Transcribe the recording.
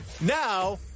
Now